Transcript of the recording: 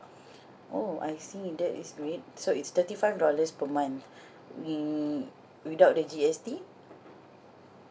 oh I see that is great so it's thirty five dollars per month wi~ without the G_S_T